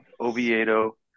Oviedo